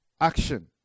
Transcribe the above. action